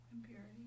impurity